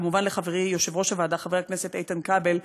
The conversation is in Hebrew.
וכמובן לחברי יושב-ראש הוועדה חבר הכנסת איתן כבל,